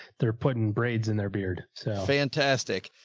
they're putting braids in their beard. so fantastic.